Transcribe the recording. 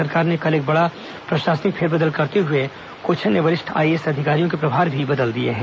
राज्य सरकार ने कल एक बेड़ा प्रशासनिक फेरबदल करते हुए कुछ अन्य वरिष्ठ आईएएस अधिकारियों के प्रभार भी बदल दिए हैं